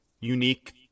unique